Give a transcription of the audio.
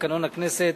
לתקנון הכנסת,